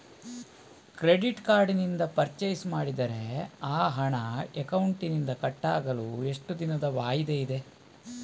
Credit card ನಿಂದ purchase ಮಾಡಿದರೆ ಆ ಹಣ ಅಕೌಂಟಿನಿಂದ ಕಟ್ ಆಗಲು ಎಷ್ಟು ದಿನದ ವಾಯಿದೆ ಇದೆ?